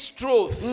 truth